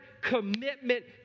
commitment